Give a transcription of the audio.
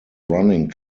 running